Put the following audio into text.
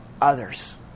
others